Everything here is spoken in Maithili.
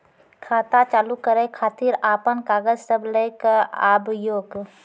खाता चालू करै खातिर आपन कागज सब लै कऽ आबयोक?